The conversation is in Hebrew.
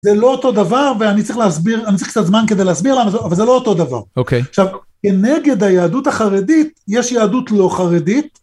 זה לא אותו דבר, ואני צריך להסביר, אני צריך קצת זמן כדי להסביר למה זה, אבל זה לא אותו דבר. אוקיי. עכשיו, כנגד היהדות החרדית, יש יהדות לא חרדית.